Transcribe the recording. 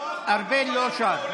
ארבל לא שר.